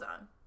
on